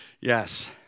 yes